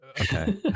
Okay